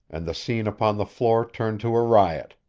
and the scene upon the floor turned to a riot.